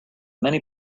many